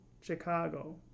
Chicago